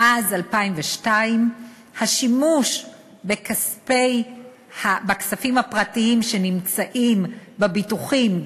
מאז 2002 השימוש בכספים הפרטיים שנמצאים בביטוחים,